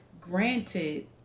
Granted